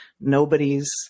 Nobody's